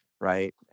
right